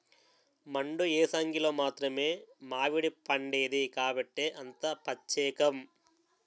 మండు ఏసంగిలో మాత్రమే మావిడిపండేది కాబట్టే అంత పచ్చేకం